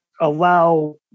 allow